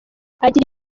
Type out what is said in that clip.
agira